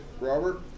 Robert